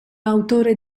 autore